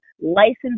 licensed